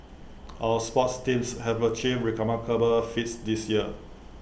our sports teams have achieved remarkable feats this year